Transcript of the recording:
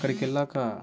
అక్కడికి వెళ్ళాళ్ళాక